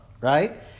Right